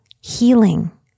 healing